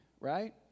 right